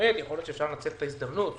יכול להיות שאפשר לנצל את ההזדמנות,